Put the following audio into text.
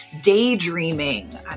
daydreaming